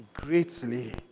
greatly